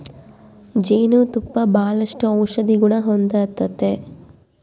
ಜೇನು ತುಪ್ಪ ಬಾಳಷ್ಟು ಔಷದಿಗುಣ ಹೊಂದತತೆ